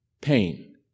pain